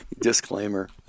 Disclaimer